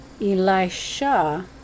Elisha